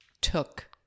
took